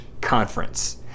Conference